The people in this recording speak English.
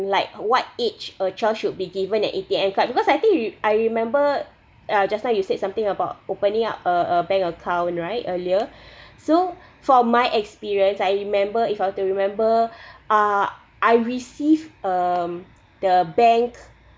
like what age a child should be given an A_T_M card because I think you I remember uh just now you said something about opening up a a bank account right earlier so for my experience I remember if I were to remember ah I received um the bank